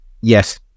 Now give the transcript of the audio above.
yes